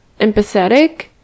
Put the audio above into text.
empathetic